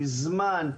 עם זמן,